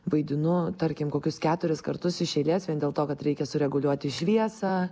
vaidinu tarkim kokius keturis kartus iš eilės vien dėl to kad reikia sureguliuoti šviesą